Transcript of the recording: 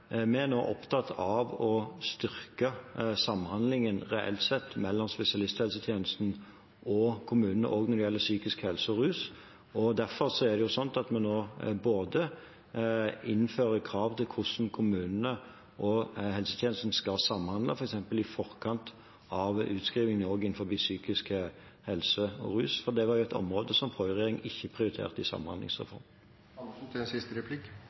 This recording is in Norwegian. nå opptatt av å styrke samhandlingen reelt sett mellom spesialisthelsetjenesten og kommunene også når det gjelder psykisk helse og rus. Derfor innfører vi nå krav til hvordan kommunene og helsetjenesten skal samhandle f.eks. i forkant av utskriving også innenfor psykisk helse og rus. Det var et område som forrige regjering ikke prioriterte i